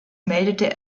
meldete